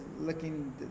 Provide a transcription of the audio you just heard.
looking